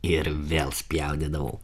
ir vėl spjaudydavau